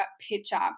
picture